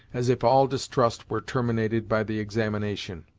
as if all distrust were terminated by the examination.